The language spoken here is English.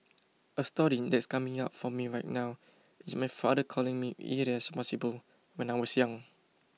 a story that's coming up for me right now is my father calling me irresponsible when I was young